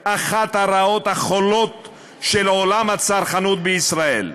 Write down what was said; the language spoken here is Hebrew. אחת הרעות החולות של עולם הצרכנות בישראל.